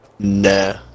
Nah